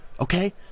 okay